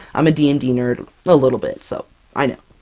i'm a d and d nerd, a little bit, so i know.